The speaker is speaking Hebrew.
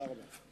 תודה רבה.